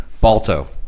Balto